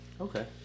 Okay